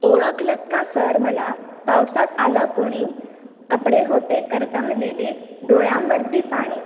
ओळखलत का सर मला पावसात आल कोणी कपडे होते करदमलेले दोळ्यां वरती पाणी